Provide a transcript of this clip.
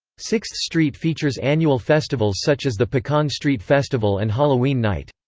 sixth street features annual festivals such as the pecan street festival and halloween night.